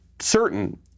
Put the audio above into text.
certain